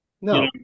No